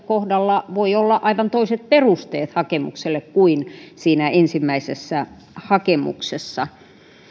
kohdalla voi olla aivan toiset perusteet hakemukselle kuin ensimmäisessä hakemuksessa